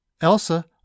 Elsa